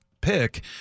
pick